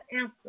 answer